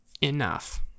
enough